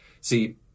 See